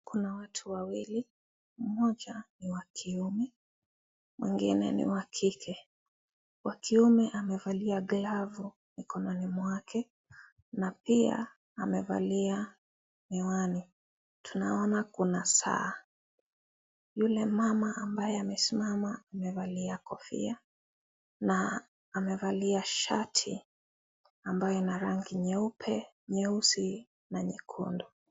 Kuna watu wawili, mmoja ni wa kiume mwingine ni wa kike, wa kiume amevalia glavu mikononi mwake na pia amevalia miwani, tunaona kuna saa , yule mama ambaye amesimama amevalia kofia na amevalia shati ambayo ina rangi nyeupe nyeusi na nyekundu.